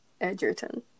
Edgerton